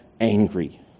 Angry